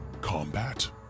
combat